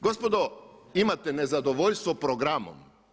Gospodo imate nezadovoljstvo programom.